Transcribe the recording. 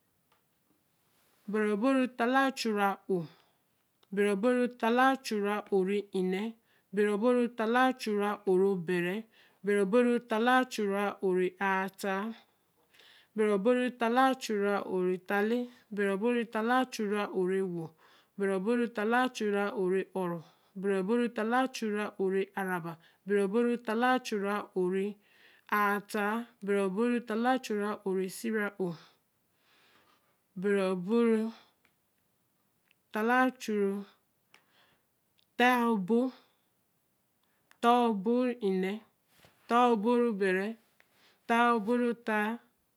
bere obo ree haa lee a-chuu re ō bere obo ree haa lee a-chuu re ō re nee bere obo ree haa lee a-chuu re ō re bere bere obo ree haa lee a-chuu re ō re aa haa bere obo ree haa lee a-chuu re ō re haa lee bere obo ree haa lee a-chuu re ō re e-wo bere obo ree haa lee a-chuu re ō re ō-ro bere obo ree haa lee a-chuu re ō re aa raba bere obo ree haa lee a-chuu re ō re aa haa bere obo ree haa lee a-chuu re ō re siera ō bere obo ree haa lee a chuu haa obo ree nee haa obo ree bere haa obo ree haa